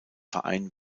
verein